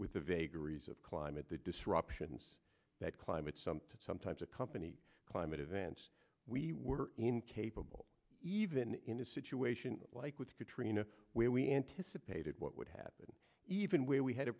with the vagaries of climate the disruptions that climate some sometimes accompany climate events we were incapable eve in a situation like with katrina where we anticipated what would happen even where we had a